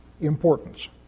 importance